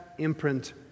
Imprint